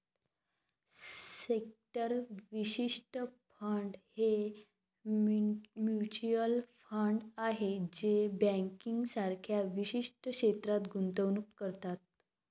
sector विशिष्ट fund हे mutual fund आहेत जे बँकिंग सारख्या विशिष्ट क्षेत्रात गुंतवणूक करतात